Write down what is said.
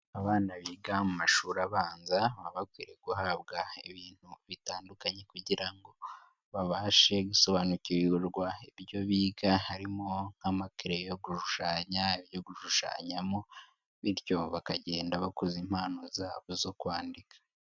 Abana biga mu mashuri abanza baba bakwiriye guhabwa ibintu bitandukanye kujyirango babashe gusobanukirwa ibyo biga harimo amakereyo yo gushushanya ibyo gushushanyaho bityo bakagenda bakuza impano zabo zo kwandika.